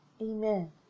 Amen